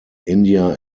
india